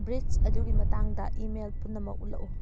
ꯕ꯭ꯔꯤꯁ ꯑꯗꯨꯒꯤ ꯃꯇꯥꯡꯗ ꯏꯃꯦꯜ ꯄꯨꯝꯅꯃꯛ ꯎꯠꯂꯛꯎ